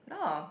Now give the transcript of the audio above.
yeah